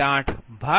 2 j1